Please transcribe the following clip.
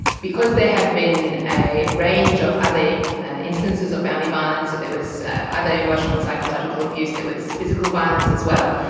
because there had been a range of other instances of family violence, that there was other emotional and psychological abuse, there was physical violence as well,